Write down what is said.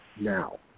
now